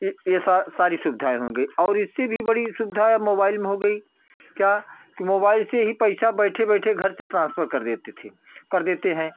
ये ये सारी सुविधाएँ हो गई और इससे भी बड़ी सुविधा मोबाइल में हो गई क्या मोबाइल से ही पैसा बैठे बैठे घर से ट्रांसफर कर देते थे कर देते हैं